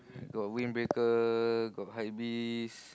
got windbreaker got hype beast